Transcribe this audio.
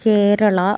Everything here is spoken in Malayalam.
കേരള